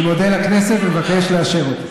אני מודה לכנסת ומבקש לאשר אותו.